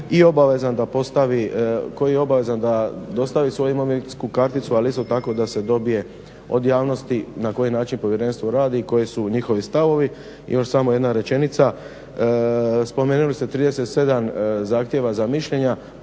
i obavezan da postavi, koji je obavezan da dostavi svoju imovinsku karticu, ali isto tako da se dobije od javnosti na koji način Povjerenstvo radi i koji su njihovi stavovi. I još samo jedna rečenica. Spomenuli ste 37 zahtjeva za mišljenja.